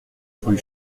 rue